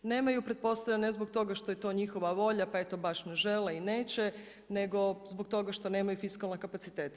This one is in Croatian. Nemaju pretpostavljam ne zbog toga što je to njihova volja, pa eto baš ne žele i neće, nego zbog toga što nemaju fiskalne kapacitete.